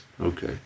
okay